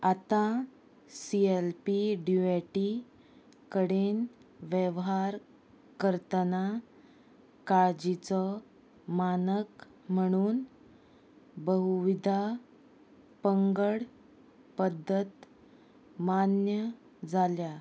आतां C L P ड्यूएटी कडेन वेव्हार करतना काळजीचो मानक म्हणून बहुविदा पंगड पद्दत मान्य जाल्या